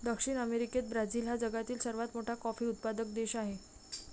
दक्षिण अमेरिकेत ब्राझील हा जगातील सर्वात मोठा कॉफी उत्पादक देश आहे